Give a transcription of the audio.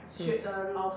mm